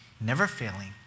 never-failing